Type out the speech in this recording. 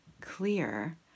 clear